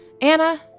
Anna